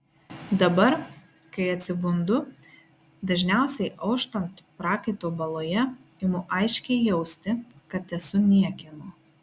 dabar kai atsibundu dažniausiai auštant prakaito baloje imu aiškiai jausti kad esu niekieno